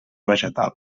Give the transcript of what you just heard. vegetal